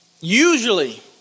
Usually